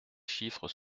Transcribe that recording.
chiffres